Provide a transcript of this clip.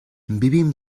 vivim